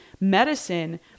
medicine